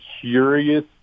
curious